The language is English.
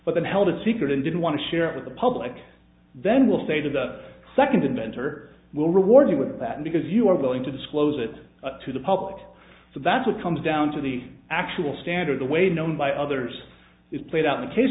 but then held it secret and didn't want to share it with the public then will say to the second inventor will reward you with that because you are going to disclose it to the public so that's what comes down to the actual standard the way known by others is played out in the case